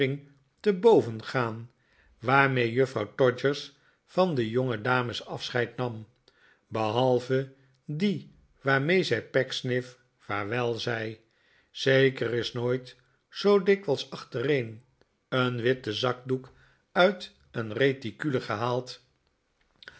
te boven gaan waarmee juffrouw todgers van de jongedames afscheid nam behalve die waarmee zij pecksniff vaarwel zei zeker is nooit zoo dikwijls achtereen een witte zakdoek uit een reticule gehaald